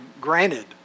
granted